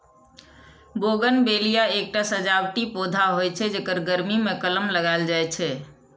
bougainvillea एकटा सजावटी पौधा होइ छै, जेकर गर्मी मे कलम लगाएल जाइ छै